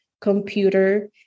computer